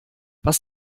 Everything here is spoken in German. was